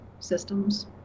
systems